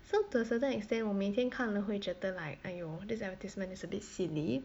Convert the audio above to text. so to a certain extent 我每天看了会觉得的 like !aiyo! this advertisement is a bit sian eh